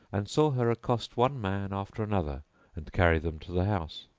and saw her accost one man after another and carry them to the house.